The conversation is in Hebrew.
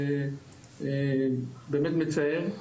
זה באמת מצער.